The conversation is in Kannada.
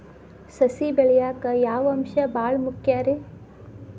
ಸಸಿ ಬೆಳೆಯಾಕ್ ಯಾವ ಅಂಶ ಭಾಳ ಮುಖ್ಯ ರೇ?